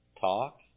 talk